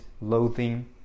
loathing